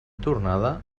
tornada